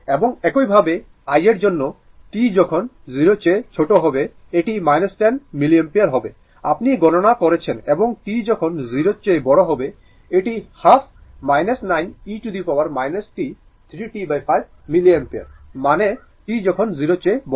এবং একইভাবে i এর জন্য t যখন 0 চেয়ে ছোট হবে এটি 10 অ্যাম্পিয়ার হবে আপনি গণনা করেছেন এবং t যখন 0 চেয়ে বড় হবে এটি half 9 e t 3 t5 ampere মানে t যখন 0 চেয়ে বড়